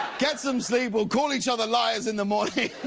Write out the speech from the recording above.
get some sleep. we'll call each other liars in the morning.